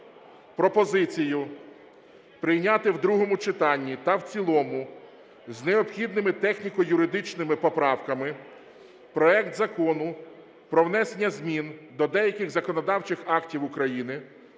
пропозицію прийняти в другому читанні та в цілому з необхідними техніко-юридичними поправками проект Закону про внесення змін до деяких законодавчих актів України